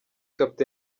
capt